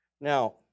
Now